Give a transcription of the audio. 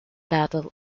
battle